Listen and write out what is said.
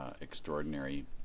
extraordinary